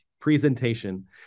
presentation